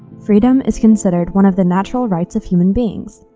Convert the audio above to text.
freedom is considered one of the natural rights of human beings,